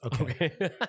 Okay